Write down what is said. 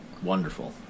wonderful